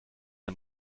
ein